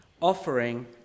offering